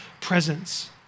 presence